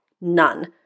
None